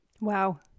Wow